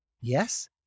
yes